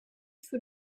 für